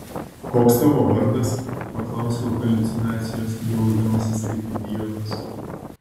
koks tavo vardas paklausiau haliucinacijos jausdamasis kaip idiotas